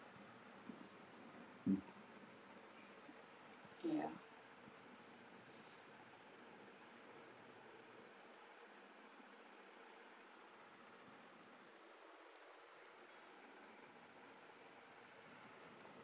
yeah